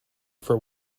for